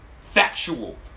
Factual